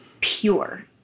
pure